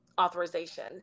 authorization